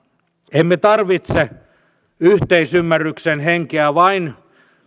emme tarvitse yhteisymmärryksen henkeä vain